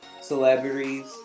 celebrities